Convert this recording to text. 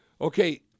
okay